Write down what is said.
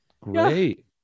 great